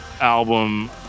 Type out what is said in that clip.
album